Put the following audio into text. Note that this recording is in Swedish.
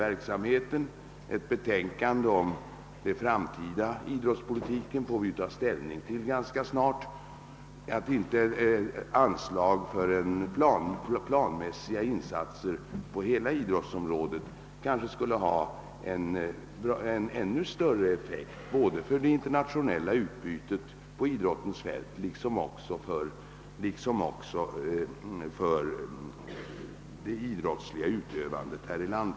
Vi får ju ganska snart ta ställning till ett betänkande om den framtida idrottspolitiken, och det blir då tillfälle att överväga, om inte planmässiga insatser på hela idrottsområdet skulle ha ännu större effekt både för det internationella utbytet på idrottens fält och för det idrottsliga utövandet i vårt land.